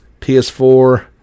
PS4